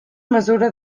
mesura